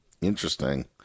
Interesting